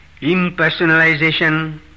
Impersonalization